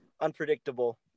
unpredictable